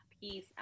piece